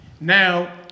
Now